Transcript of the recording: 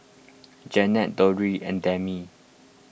Janet Dondre and Demi